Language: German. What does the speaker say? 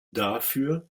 dafür